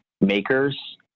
makers